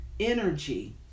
energy